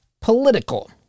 political